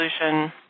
solution